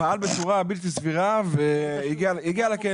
פעל בצורה בלתי סבירה והגיע לכלא?